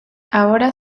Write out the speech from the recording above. ahora